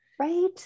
Right